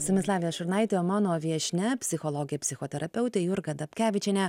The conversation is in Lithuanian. su jumis lavija šurnaitė o mano viešnia psichologė psichoterapeutė jurga dapkevičienė